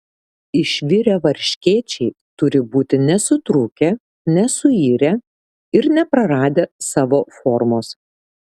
išvirę varškėčiai turi būti nesutrūkę nesuirę ir nepraradę savo formos